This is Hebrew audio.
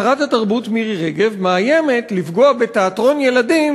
שרת התרבות מירי רגב מאיימת לפגוע בתיאטרון ילדים